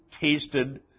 tasted